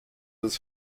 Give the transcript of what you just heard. das